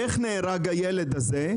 איך נהרג הילד הזה,